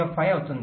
05 అవుతుంది